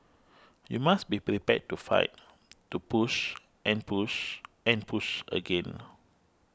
you must be prepared to fight to push and push and push again